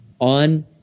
on